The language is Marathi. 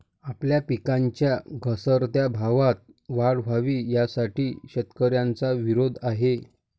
आपल्या पिकांच्या घसरत्या भावात वाढ व्हावी, यासाठी शेतकऱ्यांचा विरोध आहे